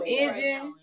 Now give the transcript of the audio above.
engine